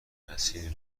مسیر